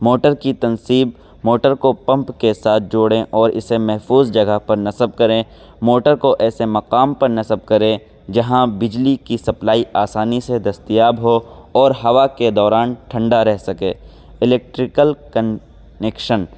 motor کی تنصیب motor کو پمپ کے ساتھ جوڑیں اور اسے محفوظ جگہ پر نصب کریں موٹر کو ایسے مقام پر نصب کریں جہاں بجلی کی سپلائی آسانی سے دستیاب ہو اور ہوا کے دوران ٹھنڈا رہ سکے الیکٹریکل کننکیکشن